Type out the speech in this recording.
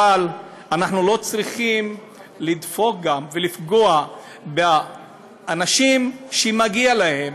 אבל אנחנו לא צריכים גם לפגוע באנשים שמגיע להם,